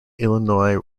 illinois